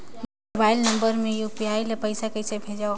Mobile number मे UPI ले पइसा कइसे भेजवं?